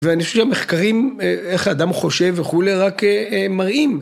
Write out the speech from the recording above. ואני חושב שהמחקרים, אה, איך האדם חושב וכולי, רק אה, אה, מראים.